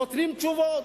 נותנים תשובות.